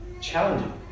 challenging